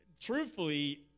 truthfully